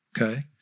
Okay